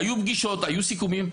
היו פגישות, היו סיכומים.